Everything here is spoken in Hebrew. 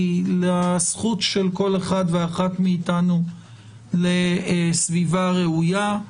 לזכות של כל אחד ואחת מאיתנו לסביבה ראויה,